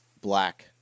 Black